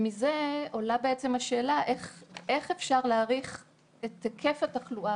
מזה עולה בעצם השאלה איך אפשר להעריך את היקף התחלואה,